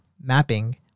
mapping